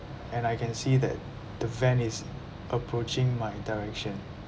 and I can see that the van is approaching my direction